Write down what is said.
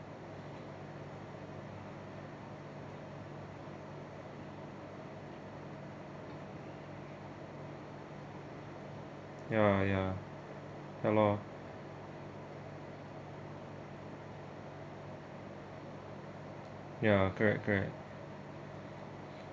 ya ya ya loh ya correct correct